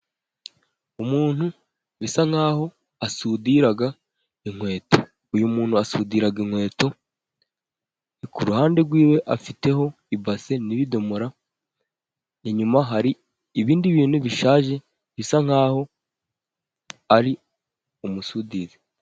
Umuntu bisa nkaho, asudira inkweto, uyumuntu asudira inkweto, kuruhande rwiwe afiteho ibase n'ibidomoro, inyuma hari ibindi bintu bishaje bisa nkaho ari umusudizi.